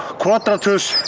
quadratus